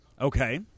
Okay